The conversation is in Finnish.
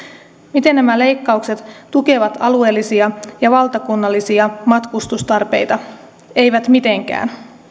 miten nämä leikkaukset tukevat alueellisia ja valtakunnallisia matkustustarpeita eivät mitenkään